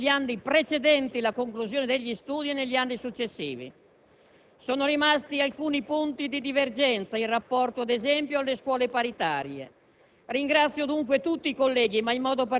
sulla continuità dell'apprendimento negli anni precedenti la conclusione degli studi e negli anni successivi. Sono rimasti alcuni punti di divergenza in rapporto, ad esempio, alle scuole paritarie.